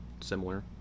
Similar